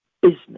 business